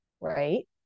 right